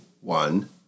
one